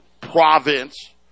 province